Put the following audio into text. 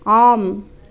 ஆம்